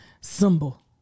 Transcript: symbol